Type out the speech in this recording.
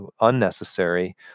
unnecessary